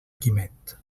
quimet